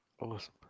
Awesome